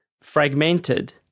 fragmented